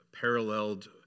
paralleled